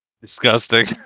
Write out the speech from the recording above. disgusting